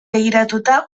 begiratuta